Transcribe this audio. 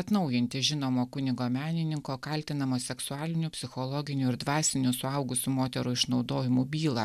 atnaujinti žinomo kunigo menininko kaltinamo seksualiniu psichologiniu ir dvasiniu suaugusių moterų išnaudojimu bylą